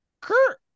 Kurt